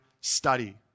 study